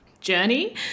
journey